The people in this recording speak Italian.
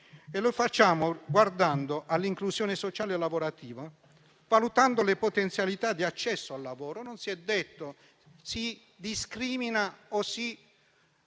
e lo facciamo guardando all'inclusione sociale e lavorativa e valutando le potenzialità di accesso al lavoro. Non si è detto che si discrimina o si